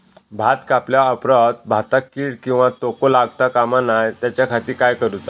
भात कापल्या ऑप्रात भाताक कीड किंवा तोको लगता काम नाय त्याच्या खाती काय करुचा?